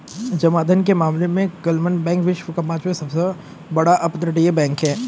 जमा धन के मामले में क्लमन बैंक विश्व का पांचवा सबसे बड़ा अपतटीय बैंक है